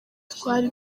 twari